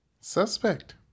Suspect